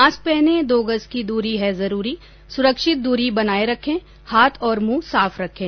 mask पहनें दो गज की दूरी है जरूरी सुरक्षित दूरी बनाए रखें हाथ और मुंह साफ रखें